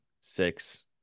six